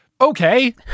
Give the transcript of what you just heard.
Okay